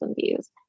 views